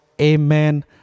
amen